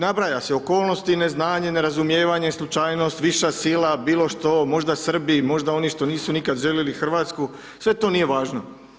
Nabraja se okolnosti, ne znanje, ne razumijevanje, slučajnost, viša sila bilo što, možda Srbi, možda oni što nisu nikad željeli Hrvatsku, sve to nije važno.